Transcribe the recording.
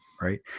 right